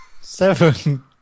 seven